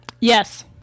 Yes